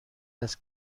است